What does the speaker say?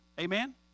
Amen